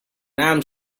ram